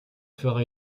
fera